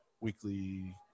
weekly